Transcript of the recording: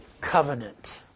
covenant